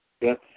Yes